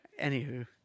anywho